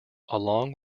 along